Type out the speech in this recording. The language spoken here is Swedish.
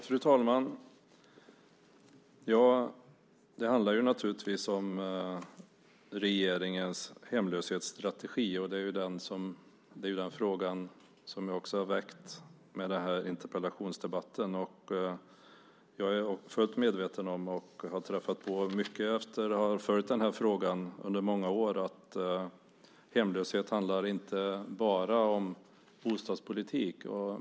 Fru talman! Ja, det handlar naturligtvis om regeringens hemlöshetsstrategi. Och det är ju den fråga som jag också har väckt med den här interpellationsdebatten. Jag är fullt medveten om, efter att ha följt den här frågan under många år, att hemlöshet inte bara handlar om bostadspolitik.